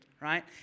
right